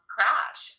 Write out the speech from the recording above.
Crash